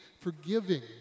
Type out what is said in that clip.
forgiving